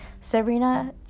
Sabrina